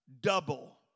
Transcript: double